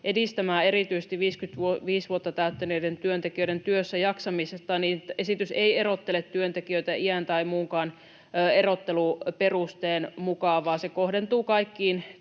edistämään erityisesti 55 vuotta täyttäneiden työntekijöiden työssäjaksamista, niin esitys ei erottele työntekijöitä iän tai muunkaan erotteluperusteen mukaan, vaan se kohdentuu kaikkiin